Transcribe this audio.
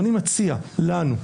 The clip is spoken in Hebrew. ואני מציע לנו,